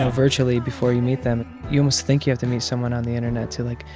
ah virtually, before you meet them. you almost think you have to meet someone on the internet to, like,